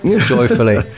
joyfully